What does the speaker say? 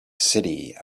city